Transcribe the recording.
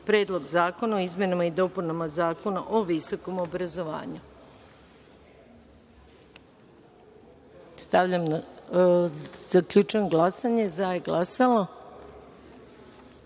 Predlog zakona o izmenama i dopunama Zakona o visokom obrazovanju. Stavljam